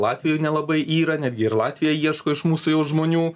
latvijoj nelabai yra netgi ir latvija ieško iš mūsų jau žmonių